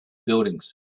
buildings